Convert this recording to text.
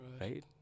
Right